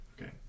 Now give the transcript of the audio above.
Okay